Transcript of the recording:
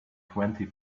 twenty